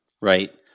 right